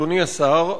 אדוני השר,